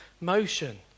motion